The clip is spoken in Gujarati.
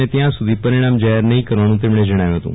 અને ત્યાં સીધો પરિણામ જાહેર નહીં કરવાનું તમણે જણાવ્યું હતું